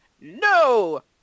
no